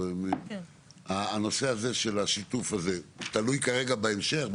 נושא השיתוף הזה תלוי כרגע בהמשך?